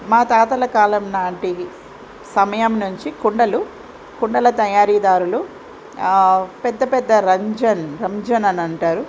మా తాతల కాలం నాటి సమయం నుంచి కుండలు కుండల తయారీ దారులు పెద్ద పెద్ద రంజన్ రంజన్ అని అంటారు